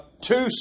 two